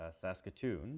Saskatoon